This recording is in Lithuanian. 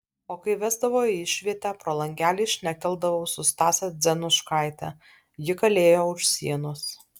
o kai vesdavo į išvietę pro langelį šnekteldavau su stase dzenuškaite ji kalėjo už sienos